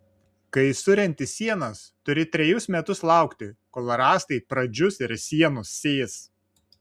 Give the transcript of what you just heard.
kai surenti sienas turi trejus metus laukti kol rąstai pradžius ir sienos sės